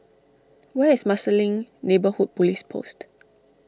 where is Marsiling Neighbourhood Police Post